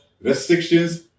restrictions